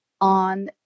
on